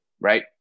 Right